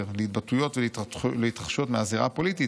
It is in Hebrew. להתבטאויות ולהתרחשויות מהזירה הפוליטית,